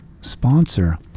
sponsor